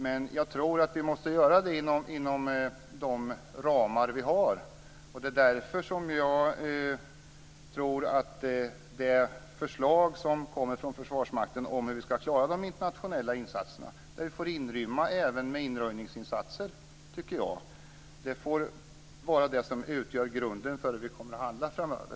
Men jag tror att vi måste göra det inom de ramar vi har. Därför tror jag att det förslag som kommer från Försvarsmakten om hur vi ska klara de internationella insatserna, där vi enligt min mening även får inrymma minröjningsinsatser, får utgöra grunden för hur vi kommer att handla framöver.